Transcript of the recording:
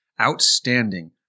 outstanding